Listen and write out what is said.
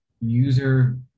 user